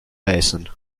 basin